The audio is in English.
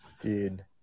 Dude